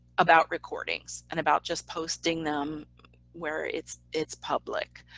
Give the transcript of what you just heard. about recordings. and about just posting them where it's it's public.